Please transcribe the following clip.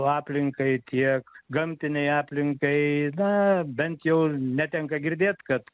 aplinkai tiek gamtinei aplinkai na bent jau netenka girdėt kad